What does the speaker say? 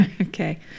Okay